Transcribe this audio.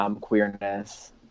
queerness